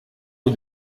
rue